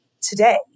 today